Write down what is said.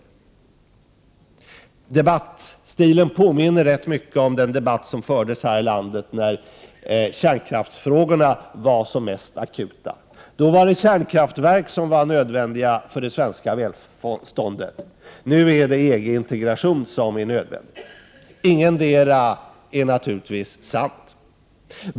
Den debattstilen påminner rätt mycket om den debatt som fördes här i landet då kärnkraftsfrågan var som mest akut. Då var det kärnkraftverk som var nödvändiga för det svenska välståndet. Nu är det EG-integration som är nödvändig. Ingetdera är naturligtvis sant.